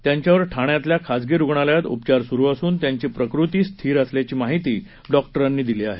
त्यांच्यावर ठाण्यातल्या खाजगी रुग्णालयात उपचार सुरु असून त्यांची प्रकृती स्थिर असल्याची माहिती डॉक्टरांनी दिली आहे